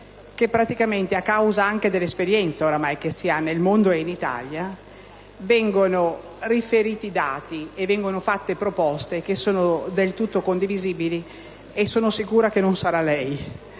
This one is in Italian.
che praticamente, a causa anche dell'esperienza che ormai si ha nel mondo e in Italia, vengono riferiti dati e vengono fatte proposte che sono del tutto condivisibili (e sono sicura che non sarà lei